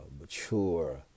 mature